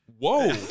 whoa